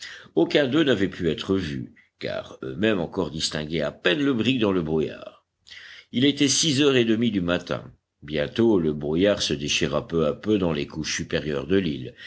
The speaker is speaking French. aucun d'eux n'avait pu être vu car eux-mêmes encore distinguaient à peine le brick dans le brouillard il était six heures et demie du matin bientôt le brouillard se déchira peu à peu dans les couches supérieures de l'air